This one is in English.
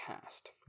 cast